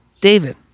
David